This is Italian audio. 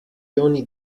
ioni